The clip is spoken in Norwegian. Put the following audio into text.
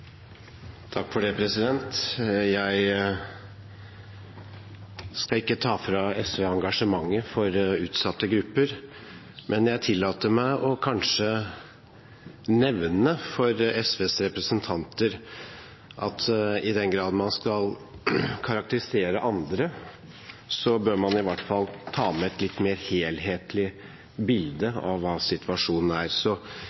Jeg skal ikke ta fra SV engasjementet for utsatte grupper, men jeg tillater meg kanskje å nevne for SVs representanter at i den grad man skal karakterisere andre, bør man i hvert fall ta med et litt mer helhetlig bilde av situasjonen. Så